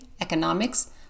economics